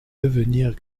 devenir